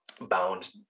bound